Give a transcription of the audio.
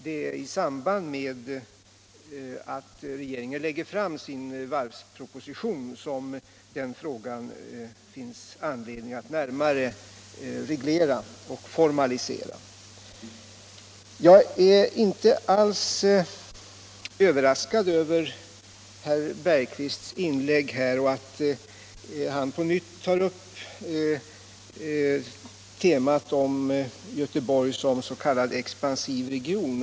Det är i samband med att regeringen lägger fram sin varvsproposition som det finns anledning att närmare reglera och formalisera den frågan. Jag är inte alls överraskad över herr Bergqvists inlägg här — och över att han på nytt tar upp temat om Göteborg som s.k. expansiv region.